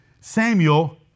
Samuel